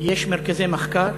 ויש מרכזי מחקר